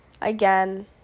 Again